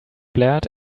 blared